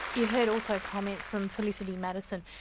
you've heard also comments from felicity madison.